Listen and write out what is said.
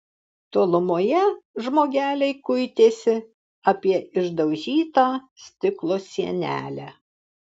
tolumoje žmogeliai kuitėsi apie išdaužytą stiklo sienelę